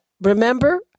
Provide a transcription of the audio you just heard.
remember